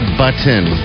button